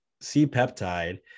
C-peptide